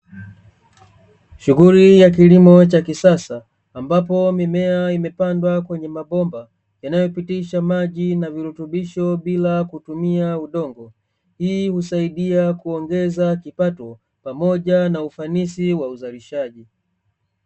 Shughuli ya kilimo cha kisasa, ambapo mimea imepandwa kwenye mabomba yanayopitisha maji na virutubisho bila kutumia udongo. Hii husaidia kuongeza kipato pamoja na ufanisi wa uzalishaji.